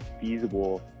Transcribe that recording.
feasible